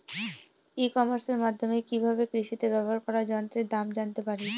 ই কমার্সের মাধ্যমে কি ভাবে কৃষিতে ব্যবহার করা যন্ত্রের দাম জানতে পারি?